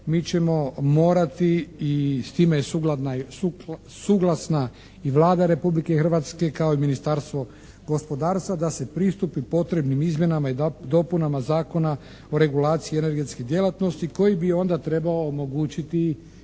mi ćemo morati i s time je suglasna i Vlada Republike Hrvatske kao i Ministarstvo gospodarstva da se pristupi potrebnim izmjenama i dopunama Zakona o regulaciji energetskih djelatnosti koji bi onda trebao omogućiti